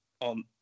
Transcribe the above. on